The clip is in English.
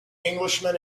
englishman